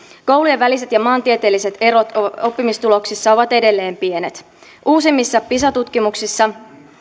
koulujen väliset ja maantieteelliset erot oppimistuloksissa ovat edelleen pienet uusimmissa pisa tutkimuksissa